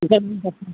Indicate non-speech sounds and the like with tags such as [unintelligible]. [unintelligible]